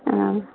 ஆ